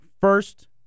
First